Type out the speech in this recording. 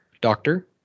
doctor